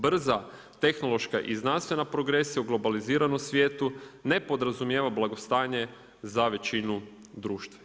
Brza tehnološka i znanstvena progresija u globaliziranom svijetu, ne podrazumijeva blagostanje za većinu društva.